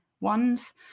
ones